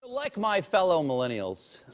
like my fellow millennials